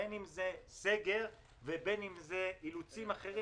בין אם זה סגר ובין אם זה אילוצים אחרים,